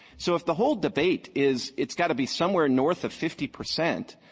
so if the whole debate is it's got to be somewhere north of fifty percent,